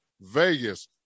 Vegas